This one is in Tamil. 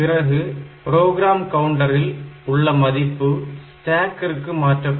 பிறகு ப்ரோக்ராம் கவுண்டரில் உள்ள மதிப்பு ஸ்டேக்கிற்க்கு மாற்றப்படும்